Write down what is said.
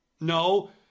No